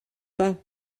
pas